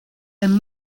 and